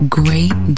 great